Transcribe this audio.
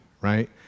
right